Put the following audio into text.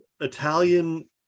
Italian